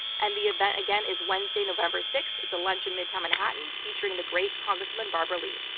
and the event, again, is wednesday, november sixth. it's a lunch in midtown manhattan featuring the great congresswoman barbara lee.